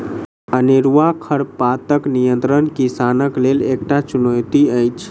अनेरूआ खरपातक नियंत्रण किसानक लेल एकटा चुनौती अछि